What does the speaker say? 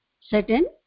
certain